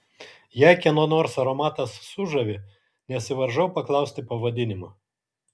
jei kieno nors aromatas sužavi nesivaržau paklausti pavadinimo